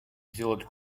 сделать